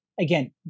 again